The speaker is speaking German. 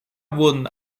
wurden